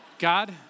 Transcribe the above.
God